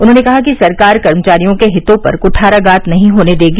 उन्होंने कहा कि सरकार कर्मचारियों के हितों पर क्ठाराधात नहीं होने देगी